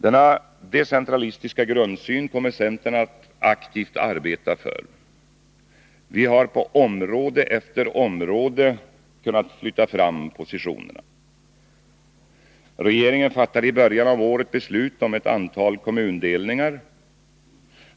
Denna decentralistiska grundsyn kommer centern att aktivt arbeta för. Vi har på område efter område kunnat flytta fram positionerna. Regeringen fattade i början av året beslut om ett antal kommundelningar.